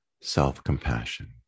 self-compassion